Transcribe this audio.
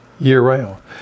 Year-round